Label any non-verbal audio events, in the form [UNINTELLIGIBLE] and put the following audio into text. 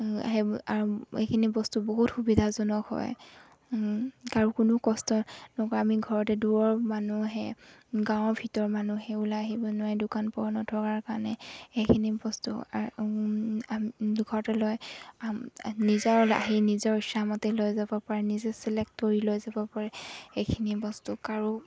সেই আৰু এইখিনি বস্তু বহুত সুবিধাজনক হয় কাৰো কোনো কষ্ট [UNINTELLIGIBLE] আমি ঘৰতে দূৰৰ মানুহে গাঁৱৰ ভিতৰ মানুহে ওলাই আহিব নোৱাৰি দোকান পোহাৰ নথকাৰ কাৰণে সেইখিনি বস্তু দুখৰতে লয় নিজৰ আহি নিজৰ ইচ্ছামতে লৈ যাব পাৰে নিজে চেলেক্ট কৰি লৈ যাব পাৰে এইখিনি বস্তু কাৰো